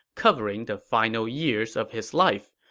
covering the final years of his life.